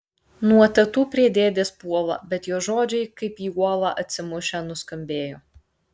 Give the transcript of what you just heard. nuo tetų prie dėdės puola bet jo žodžiai kaip į uolą atsimušę nuskambėjo